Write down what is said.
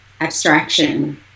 abstraction